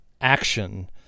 action